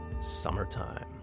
Summertime